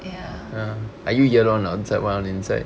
ya